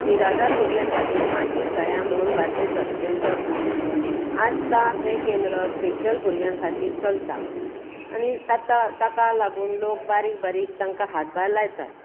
निराधार भुरग्यां खातीर मातृछाया म्हणून बार्देस तालुक्यांत चलता आस्था हें केंद्र स्पेशल भुरग्यां खातीर चलता आनी ताता ताका लागून बारीक बारीक तांकां हातभार लायतात